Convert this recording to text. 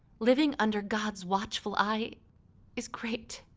living under god's watchful eye is great.